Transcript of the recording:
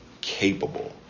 capable